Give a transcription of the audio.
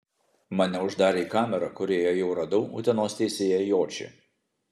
mane uždarė į kamerą kurioje jau radau utenos teisėją jočį